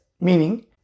meaning